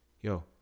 yo